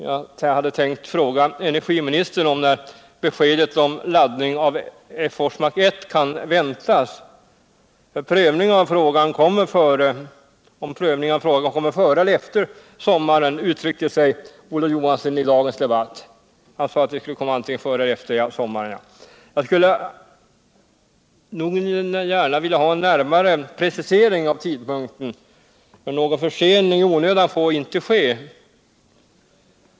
Jag hade tänkt fråga energiministern nir beskedet om laddning av Forsmark I kan väntas och om en prövning av frågan kommer före eller efter sommaren, som Olof Johansson uttryckte sig i dagens debatt. Han sade att prövningen skulle komma antingen före eller efter sommaren. Jag skulle gärna vilja få en närmare precisering av tidpunkten, men någon försening i onödan får inte ske.